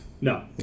No